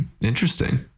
Interesting